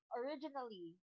originally